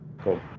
Cool